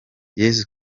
yezu